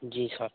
जी sir